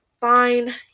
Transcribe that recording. Fine